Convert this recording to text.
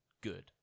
good